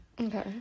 Okay